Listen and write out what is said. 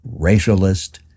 racialist